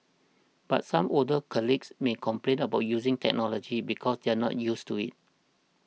but some older colleagues may complain about using technology because they are not used to it